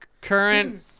current